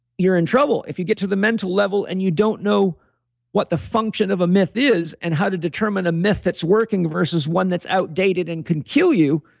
you're in trouble. if you get to the mental level and you don't know what the function of a myth is and how to determine a myth that's working versus one that's outdated and can kill you,